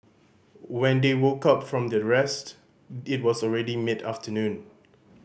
when they woke up from their rest it was already mid afternoon